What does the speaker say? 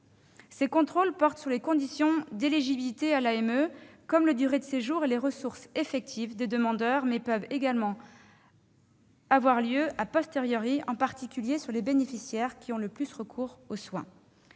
Ces contrôles portent sur les conditions d'éligibilité à l'AME, comme la durée du séjour et les ressources effectives des demandeurs, mais peuvent également avoir lieu, en particulier pour ce qui concerne les bénéficiaires qui ont le plus recours aux soins.